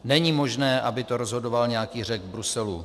Není možné, aby to rozhodoval nějaký Řek v Bruselu.